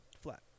flat